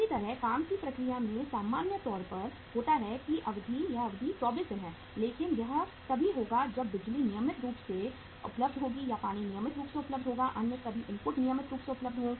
इसी तरह काम की प्रक्रिया में यह सामान्य तौर पर होता है यह अवधि 24 दिन है लेकिन यह तभी होगा जब बिजली नियमित रूप से उपलब्ध हो या पानी नियमित रूप से उपलब्ध हो अन्य सभी इनपुट नियमित रूप से उपलब्ध हों